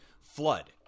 flood